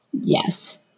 Yes